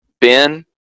Ben